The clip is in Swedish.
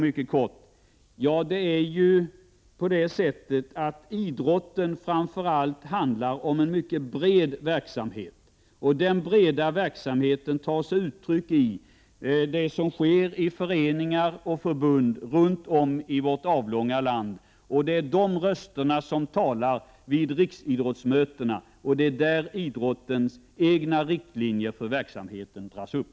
Mycket kort till Gösta Lyngå: Idrotten handlar framför allt om en mycket bred verksamhet. Den breda verksamheten tar sig uttryck i det som sker i föreningar och förbund runt om i vårt avlånga land. Det är de rösterna som talar vid riksidrottsmötena. Det är där idrottens egna riktlinjer för verksamheten dras upp.